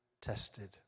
tested